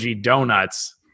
donuts